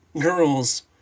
girls